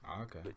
Okay